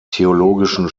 theologischen